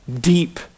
deep